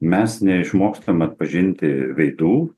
mes neišmokstam atpažinti veidų